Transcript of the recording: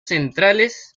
centrales